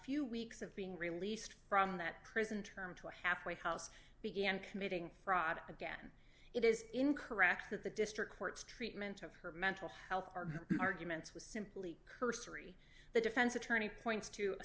few weeks of being released from that prison term to a halfway house began committing fraud again it is in correct that the district court's treatment of her mental health arguments was simply cursory the defense attorney points to